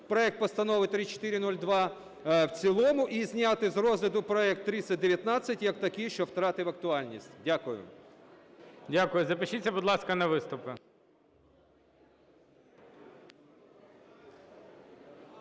проект Постанови 3402 в цілому і зняти з розгляду проект 3019 як такий, що втратив актуальність. Дякую. ГОЛОВУЮЧИЙ. Дякую. Запишіться, будь ласка, на виступи.